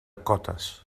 cotes